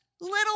little